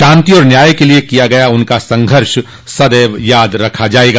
शांति और न्याय के लिए किया गया उनका संघर्ष सदैव याद रखा जायेगा